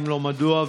3. אם לא, מדוע?